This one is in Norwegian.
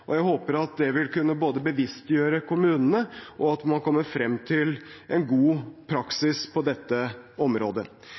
og jeg håper det vil kunne bevisstgjøre kommunene, og at man kommer frem til en god